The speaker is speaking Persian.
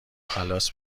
خلاص